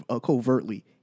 covertly